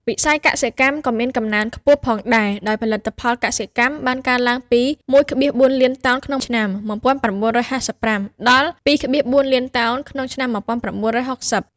វិស័យកសិកម្មក៏មានកំណើនខ្ពស់ផងដែរ ដោយផលិតផលកសិកម្មបានកើនឡើងពី ១,៤ លានតោនក្នុងឆ្នាំ១៩៥៥ ដល់ ២,៤ លានតោនក្នុងឆ្នាំ១៩៦០។